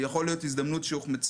יכול להיות שזו הזדמנות שהוחמצה.